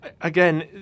Again